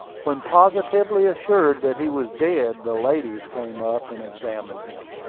when positively assured that he was dead, the ladies came up and examined him.